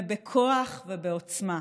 בכוח ובעוצמה.